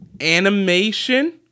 Animation